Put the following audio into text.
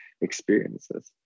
experiences